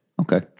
Okay